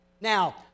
Now